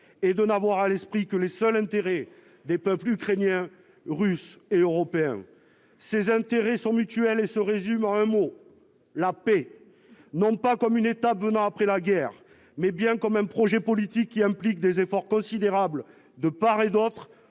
et de n'avoir à l'esprit que les seuls intérêts des peuples ukrainiens, russes et européens ses intérêts sont mutuelle et se résume en un mot : la paix, non pas comme une étape, venant après la guerre, mais bien quand même projet politique qui implique des efforts considérables de part et d'autre